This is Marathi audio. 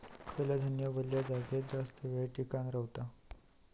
खयला धान्य वल्या जागेत जास्त येळ टिकान रवतला?